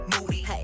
moody